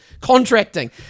contracting